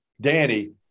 Danny